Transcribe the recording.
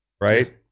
right